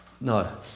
No